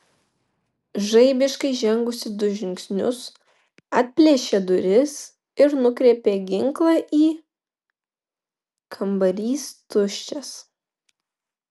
žaibiškai žengusi du žingsnius atplėšė duris ir nukreipė ginklą į kambarys tuščias